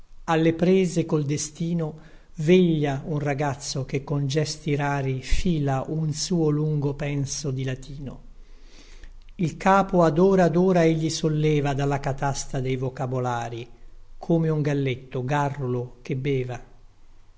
alle prese col destino veglia un ragazzo che con gesti rari fila un suo lungo penso di latino il capo ad ora ad ora egli solleva dalla catasta dei vocabolari come un galletto garrulo che beva